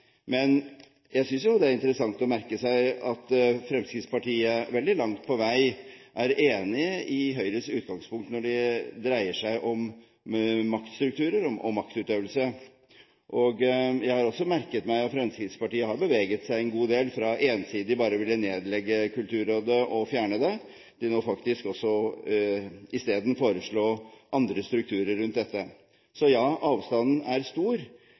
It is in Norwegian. Men jeg synes det er interessant å merke seg at Fremskrittspartiet veldig langt på vei er enig i Høyres utgangspunkt når det dreier seg om maktstrukturer og maktutøvelse. Jeg har også merket meg at Fremskrittspartiet har beveget seg en god del fra ensidig bare å ville nedlegge Kulturrådet og fjerne det, til nå faktisk i stedet å foreslå andre strukturer rundt dette. Så ja, avstanden er stor